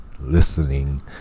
listening